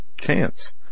Chance